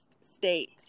state